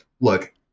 Look